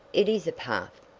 it is a path.